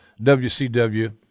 WCW